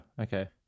Okay